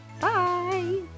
Bye